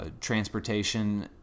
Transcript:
transportation